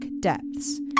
depths